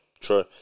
true